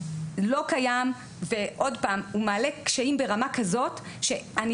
לא קיים והוא מעלה קשיים ברמה כזאת שאני